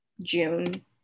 June